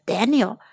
Daniel